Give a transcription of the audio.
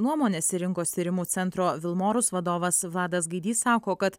nuomonės ir rinkos tyrimų centro vilmorus vadovas vladas gaidys sako kad